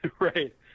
Right